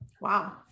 Wow